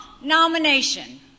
nomination